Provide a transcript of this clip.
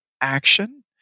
action